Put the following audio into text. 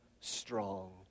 strong